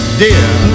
dear